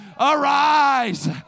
Arise